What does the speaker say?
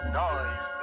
noise